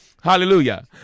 Hallelujah